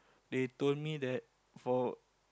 they told me that for